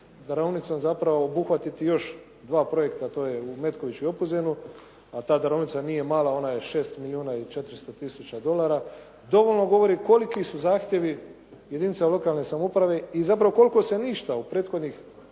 darovnicom zapravo obuhvatiti još 2 projekta. To je u Metkoviću i Opuzenu, a ta darovnica nije mala, ona je 6 milijuna i 400 tisuća dolara dovoljno govori koliko su zahtjevi jedinica lokalne samouprave i zapravo koliko se ništa u prethodnih,